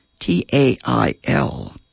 T-A-I-L